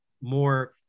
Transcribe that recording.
more